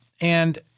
And-